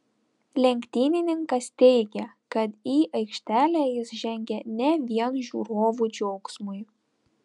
lenktynininkas teigė kad į aikštelę jis žengia ne vien žiūrovų džiaugsmui